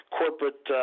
corporate